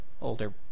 older